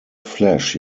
flesh